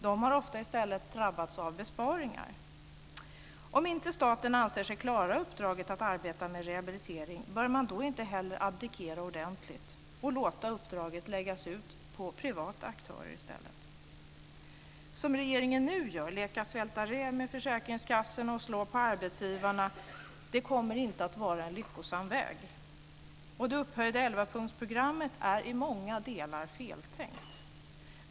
De har ofta i stället drabbats av besparingar. Om inte staten anser sig klara uppdraget att arbeta med rehabilitering, bör man då inte hellre abdikera ordentligt och låta uppdraget läggas ut på privata aktörer i stället? Det regeringen nu gör - leka svälta räv med försäkringskassorna och slå på arbetsgivarna - kommer inte att vara en lyckosam väg. Det upphöjda elvapunktsprogrammet är också i många delar feltänkt.